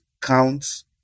counts